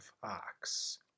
Fox